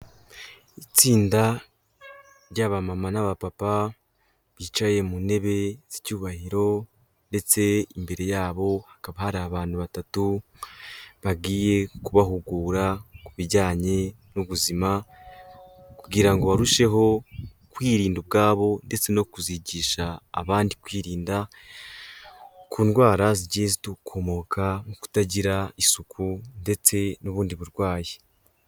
Itsinda ry'aba mama n'aba papa, bicaye mu ntebe z'icyubahiro ndetse imbere yabo hakaba hari abantu batatu bagiye kubahugura ku bijyanye n'ubuzima kugira ngo barusheho kwirinda ubwabo ndetse no kuzigisha abandi kwirinda, ku ndwara zigiye zidukomoka mu kutagira isuku ndetse n'ubundi burwayi.